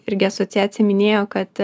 irgi asociacija minėjo kad